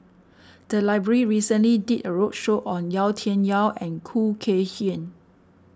the library recently did a roadshow on Yau Tian Yau and Khoo Kay Hian